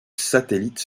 satellites